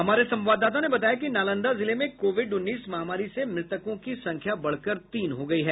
हमारे संवाददाता ने बताया कि नालंदा जिले में कोविड उन्नीस महामारी से मृतकों की संख्या बढ़कर तीन हो गयी है